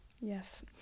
Yes